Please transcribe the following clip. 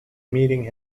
meeting